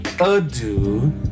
adieu